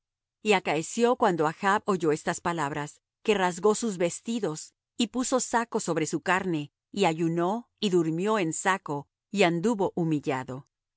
y acaeció cuando achb oyó estas palabras que rasgó sus vestidos y puso saco sobre su carne y ayunó y durmió en saco y anduvo humillado